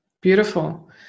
Beautiful